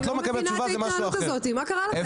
את לא מקבלת את התשובה, זה משהו אחר.